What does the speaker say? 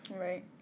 right